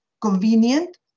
convenient